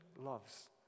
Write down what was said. loves